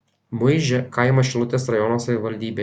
muižė kaimas šilutės rajono savivaldybėje